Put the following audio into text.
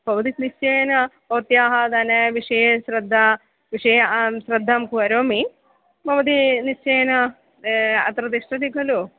भवती निश्चयेन भवत्याः धनविषये श्रद्धाविषये अहं श्रद्धां करोमि भवती निश्चयेन अत्र तिष्ठति खलु